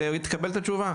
ותקבל את התשובה.